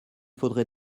faudrait